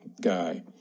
guy